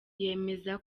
yemeza